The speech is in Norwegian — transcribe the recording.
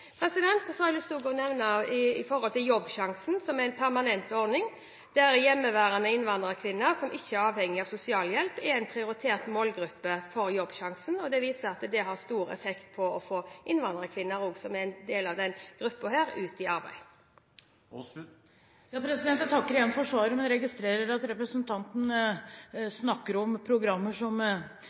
Så har jeg lyst til å nevne Jobbsjansen, som er en permanent ordning, der hjemmeværende innvandrerkvinner som ikke er avhengige av sosialhjelp, er en prioritert målgruppe. Det viser seg at dette har stor effekt når det gjelder å få innvandrerkvinner, som er en del av denne gruppa, ut i arbeid. Jeg takker igjen for svaret, men registrerer at representanten snakker om programmer som